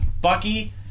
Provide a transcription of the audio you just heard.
Bucky